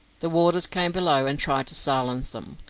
the warders came below and tried to silence them,